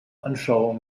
anschauung